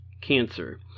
cancer